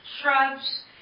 shrubs